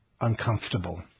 uncomfortable